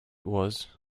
was